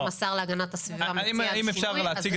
אם השר להגנת הסביבה מציע שינוי,